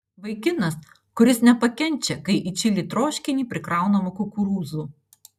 vaikinas kuris nepakenčia kai į čili troškinį prikraunama kukurūzų